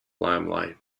limelight